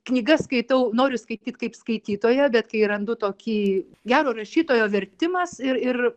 knygas skaitau noriu skaityt kaip skaitytoja bet kai randu tokį gero rašytojo vertimas ir ir